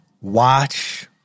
watch